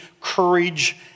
courage